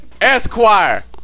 Esquire